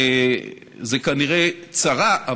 זאת כנראה צרה,